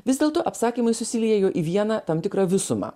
vis dėlto apsakymai susiliejo į vieną tam tikrą visumą